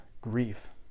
grief